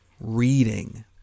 reading